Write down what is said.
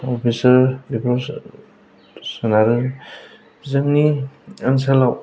officer बेफोराव सोनारो जोंनि ओनसोलाव